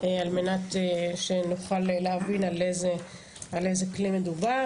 על מנת שנוכל להבין על איזה כלי מדובר.